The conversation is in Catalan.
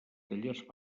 tallers